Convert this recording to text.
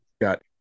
got